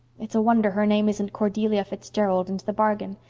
it's a wonder her name isn't cordelia fitzgerald into the bargain!